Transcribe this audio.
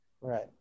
Right